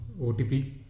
OTP